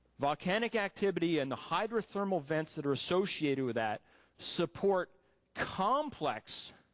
volcanic activity and the hydrothermal vents that are associated with that support complex